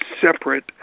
separate